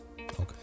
Okay